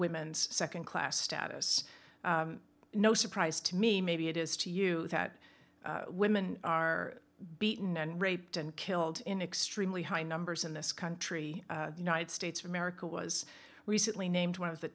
women's second class status no surprise to me maybe it is to you that women are beaten and raped and killed in extremely high numbers in this country the united states of america was recently named one of the